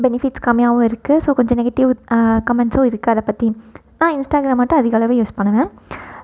benefits கம்மியாகவும் இருக்கு so கொஞ்சம் நெகட்டிவ் கமெண்ட்ஸும் இருக்கு அதை பற்றி ஆனால் இன்ஸ்டாகிராம் மட்டும் அதிக அளவில் யூஸ் பண்ணுவேன்